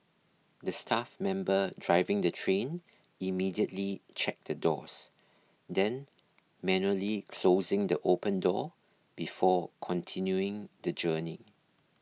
the staff member driving the train immediately checked the doors then manually closing the open door before continuing the journey